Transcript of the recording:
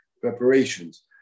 preparations